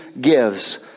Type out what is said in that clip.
gives